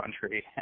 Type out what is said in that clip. country